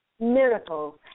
miracles